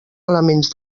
elements